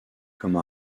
comme